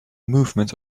movement